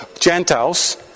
Gentiles